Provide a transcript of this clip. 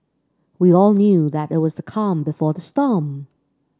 we all knew that it was the calm before the storm